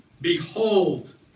behold